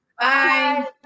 Bye